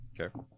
Okay